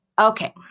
Okay